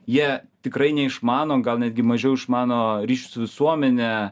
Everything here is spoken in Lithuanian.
jie tikrai neišmano gal netgi mažiau išmano ryšius su visuomene